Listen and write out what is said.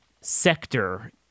sector